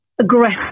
aggressive